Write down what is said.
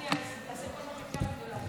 אני אעשה כל מה שצריך כדי להעביר אותו.